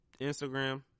Instagram